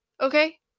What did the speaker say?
okay